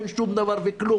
אין שום דבר וכלום.